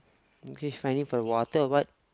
finding for the water or what